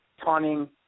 Taunting